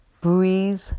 breathe